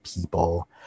people